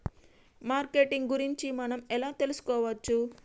Marketing గురించి మనం ఎలా తెలుసుకోవచ్చు?